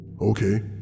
Okay